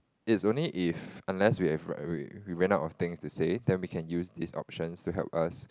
is only if unless we have we we ran out of things to say then we can use these options to help us